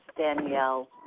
Danielle